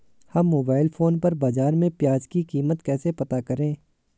हम mobile phone पर बाज़ार में प्याज़ की कीमत कैसे पता करें?